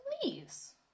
please